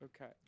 Okay